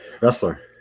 wrestler